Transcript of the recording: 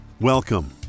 Welcome